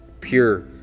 pure